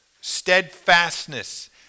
Steadfastness